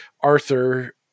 Arthur